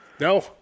No